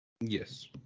Yes